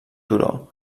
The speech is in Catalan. turó